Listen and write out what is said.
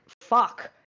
fuck